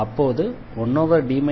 அப்போது 1D areaxxrr